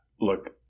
look